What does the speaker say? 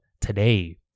today